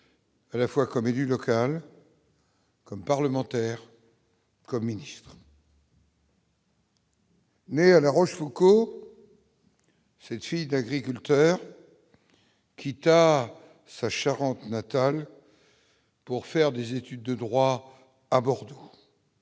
à la fois comme élu local. Comme parlementaire. Né à La Rochefoucauld. Cette fille d'agriculteurs quitta sa Charente natale pour faire des études de droit à Bordeaux